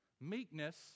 Meekness